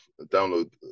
download